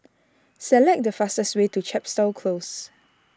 select the fastest way to Chepstow Close